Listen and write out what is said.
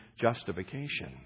justification